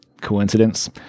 coincidence